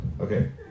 Okay